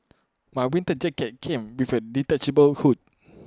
my winter jacket came with A detachable hood